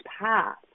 path